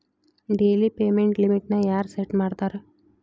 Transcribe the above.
daily payment ಲಿಮಿಟ್ನ ಯಾರ್ set ಮಾಡ್ತಾರಾ